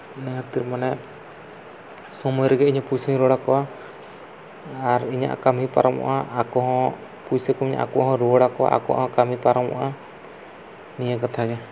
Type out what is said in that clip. ᱤᱱᱟᱹ ᱠᱷᱟᱹᱛᱤᱨ ᱢᱟᱱᱮ ᱥᱚᱢᱚᱭ ᱨᱮᱜᱮ ᱤᱧᱦᱚᱸ ᱯᱩᱭᱥᱟᱹᱧ ᱨᱩᱣᱟᱹᱲ ᱟᱠᱚᱣᱟ ᱟᱨ ᱤᱧᱟᱹᱜ ᱠᱟᱹᱢᱤ ᱯᱟᱨᱚᱢᱚᱜᱼᱟ ᱟᱠᱚᱦᱚᱸ ᱯᱩᱭᱥᱟᱹᱠᱚᱧ ᱨᱩᱣᱟᱹᱲ ᱟᱠᱚᱣᱟ ᱟᱠᱚᱣᱟᱜ ᱦᱚᱸ ᱠᱟᱹᱢᱤ ᱯᱟᱨᱚᱢᱚᱜᱼᱟ ᱱᱤᱭᱟᱹ ᱠᱟᱛᱷᱟ ᱜᱮ